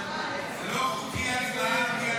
נתקבלה.